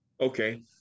Okay